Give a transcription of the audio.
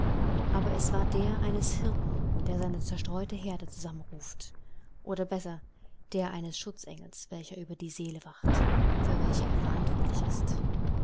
aber es war der eines hirten der seine zerstreute herde zusammenruft oder besser der eines schutzengels welcher über der seele wacht für welche er verantwortlich ist